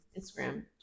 instagram